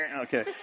Okay